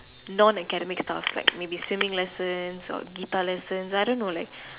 non academic stuff like maybe swimming lessons or guitar lessons I don't know like